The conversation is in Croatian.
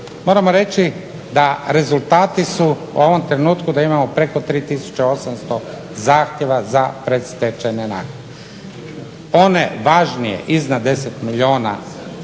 Moramo reći da rezultati su u ovom trenutku da imamo preko 3800 zahtjeva za predstečajne nagodbe. One važnije iznad 10 milijuna